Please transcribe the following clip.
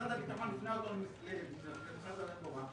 משרד הביטחון הפנה אותו למשרד התחבורה.